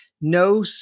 no